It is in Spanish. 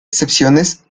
excepciones